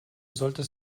solltest